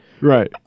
right